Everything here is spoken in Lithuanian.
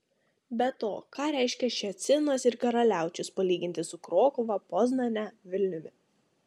be to ką reiškia ščecinas ir karaliaučius palyginti su krokuva poznane vilniumi